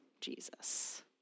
Jesus